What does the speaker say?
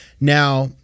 Now